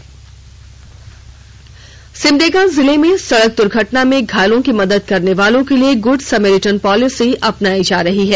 special story Simdega Simdega जिले में सड़क दुर्घटना में घायलों की मदद करने वालों के लिए गूड समेरिर्टन पॉलिसी अपनाई जा रही है